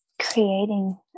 creating